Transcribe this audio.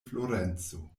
florenco